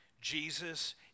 Jesus